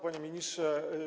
Panie Ministrze!